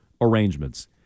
arrangements